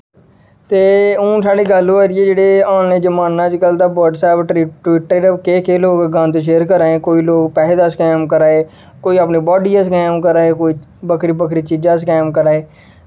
ते हून साढ़ी गल्ल होआ दी ऐ जेह्ड़े ऑनलाइन जमाना ऐ अज्ज कल दा व्हाट्सएप ट्विटर केह् केह् लोग गंद शेयर करा दे कोई लोग पैसे दा स्कैम करा दे कोई अपनी बॉडी दा स्कैम करा दे कोई बक्खरी बक्खरी चीजें दा स्कैम करा दे